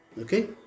okay